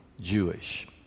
Jewish